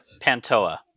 Pantoa